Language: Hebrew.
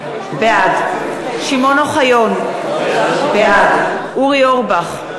בעד שמעון אוחיון, בעד אורי אורבך,